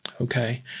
Okay